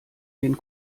den